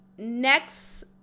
Next